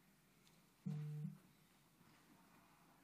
חמש דקות.